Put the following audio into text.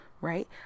right